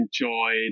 enjoy